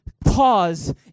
pause